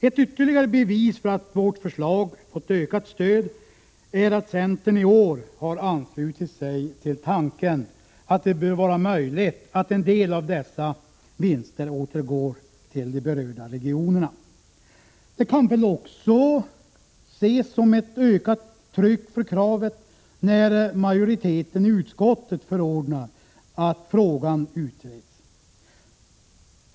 Ett ytterligare bevis för att vårt förslag fått ökat stöd är att centern i år har anslutit sig till tanken att det bör vara möjligt att låta en del av dessa vinster återgå till de berörda regionerna. Det kan väl också ses som ett ökat tryck för kravet, när majoriteten i utskottet förordar att frågan utreds.